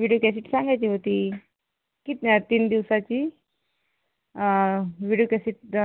video cassette सांगायची होती कितन्या तीन दिवसाची विडियो कॅसीट